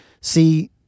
see